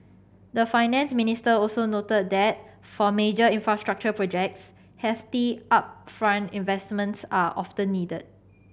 the Finance Minister also noted that for major infrastructure projects hefty upfront investments are often needed